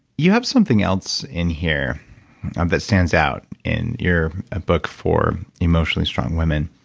you have something else in here that stands out in your book for emotionally strong women.